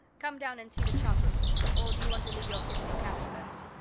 come down and see the chart rooms or do you want to leave your kit in your cabin first?